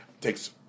Takes